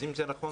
אז אם זה נכון,